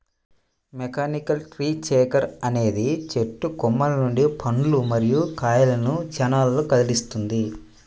mechanical tree shaker అనేది చెట్టు కొమ్మల నుండి పండ్లు మరియు కాయలను క్షణాల్లో కదిలిస్తుంది